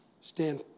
Stand